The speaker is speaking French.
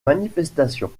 manifestation